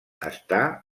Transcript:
està